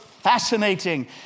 fascinating